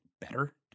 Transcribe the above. better